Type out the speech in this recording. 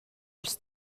els